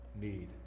need